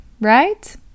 right